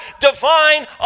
divine